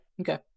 Okay